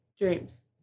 Dreams